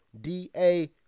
DA